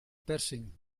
persing